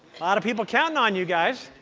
a lot of people counting on you guys.